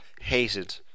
hated